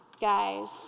Guys